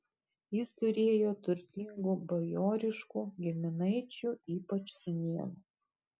jis turėjo turtingų bajoriškų giminaičių ypač sūnėnų